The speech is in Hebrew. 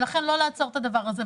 ולכן לא לעצור את הדבר הזה.